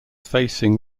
facing